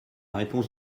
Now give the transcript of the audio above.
réponse